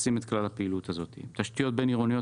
תשתיות בין-עירוניות,